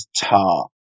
TAR